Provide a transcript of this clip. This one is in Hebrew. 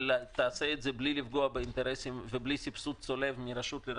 אבל היא תעשה את זה בלי לפגוע באינטרסים ובלי סבסוד צולב מרשות לרשות,